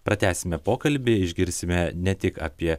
pratęsime pokalbį išgirsime ne tik apie